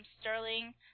Sterling